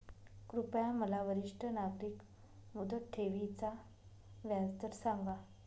कृपया मला वरिष्ठ नागरिक मुदत ठेवी चा व्याजदर सांगा